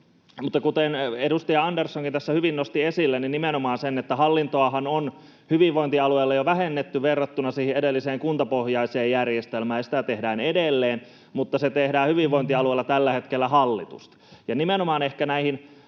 Mutta kuten edustaja Anderssonkin tässä hyvin nosti esille, niin nimenomaan hallintoahan on hyvinvointialueilla jo vähennetty verrattuna siihen edelliseen kuntapohjaiseen järjestelmään. Sitä tehdään edelleen, mutta se tehdään hyvinvointialueilla tällä hetkellä hallitusti.